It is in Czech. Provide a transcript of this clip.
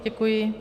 Děkuji.